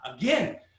Again